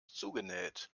zugenäht